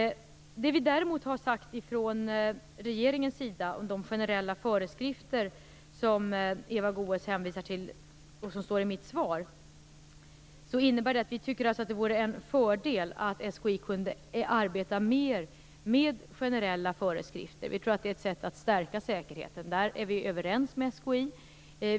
Vad vi däremot har sagt från regeringens sida om de generella föreskrifter som Eva Goës hänvisar till - och det står också i mitt svar - är att vi tycker att det vore en fördel om SKI kunde arbeta mer med generella föreskrifter. Vi tror att det är ett sätt att stärka säkerheten. Där är vi överens med SKI.